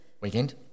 weekend